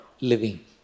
living